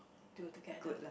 do together